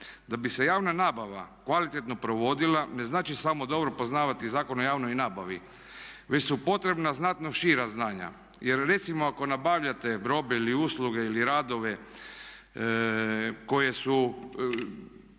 Da bi se javna nabava kvalitetno provodila ne znači samo dobro poznavati Zakon o javnoj nabavi već su potrebna znatno šira znanja, jer recimo ako nabavljate robe ili usluge ili radove koje su